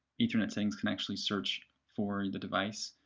ethernet settings can actually search for the device.